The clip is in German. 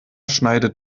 schneidet